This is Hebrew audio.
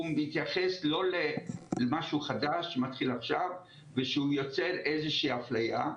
הוא מתייחס לא למשהו חדש שמתחיל עכשיו ושהוא יוצר איזושהי אפליה,